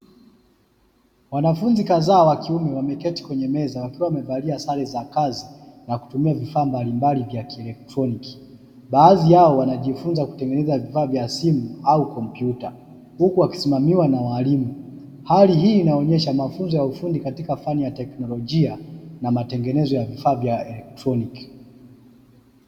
Wanafunzi kadhaa wakiume wameketi kwenye meza wakiwa wamevalia sare za kazi na kutumia vifaa mbalimbali vya kielektroniki, baadhi yao wanajifunza kutengeneza vifaa vya simu au kompyuta, huku wakisimamiwa na walimu, hali hii inaonesha mafunzo ya kiufundi katika fani ya teknolojia na matengenezo ya vifaa vya elektroniki.